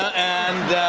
and,